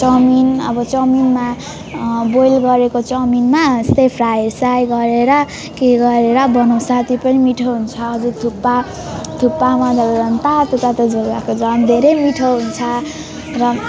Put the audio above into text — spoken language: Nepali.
चाउमिन अब चाउमिनमा बोइल गरेको चाउमिनमा जस्तै फ्राई साइ गरेर के गरेर बनाउँछ त्यो पनि मिठो हुन्छ अझ थुक्पा थुक्पामा भयो तातो तातो झोल भए त झन् धेरै मिठो हुन्छ र